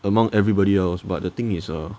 among everybody else but the thing is err